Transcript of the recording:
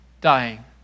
dying